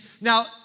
Now